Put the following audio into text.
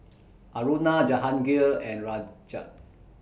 Aruna Jahangir and Rajat